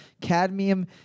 cadmium